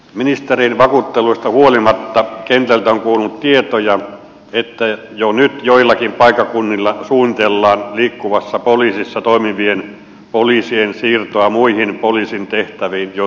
ministerin vakuutteluista huolimatta kentältä on kuulunut tietoja että jo nyt joillakin paikkakunnilla suunnitellaan liikkuvassa poliisissa toimivien poliisien siirtoa muihin poliisin tehtäviin joskus tulevaisuudessa